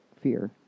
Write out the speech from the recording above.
fear